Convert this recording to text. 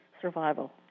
survival